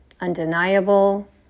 undeniable